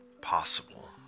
possible